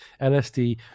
LSD